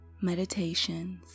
Meditations